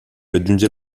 raggiunge